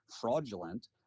fraudulent